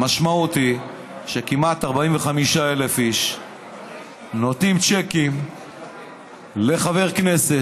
המשמעות היא שכמעט 45,000 איש נותנים צ'קים לחבר כנסת,